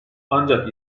ancak